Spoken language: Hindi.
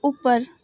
ऊपर